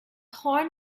horn